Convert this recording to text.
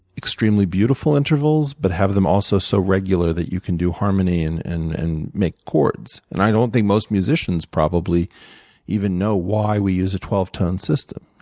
extremely beautiful intervals, but have them also so regular that you can do harmony and and and make chords. and i don't think most musicians probably even know why we use a twelve tone system.